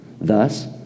Thus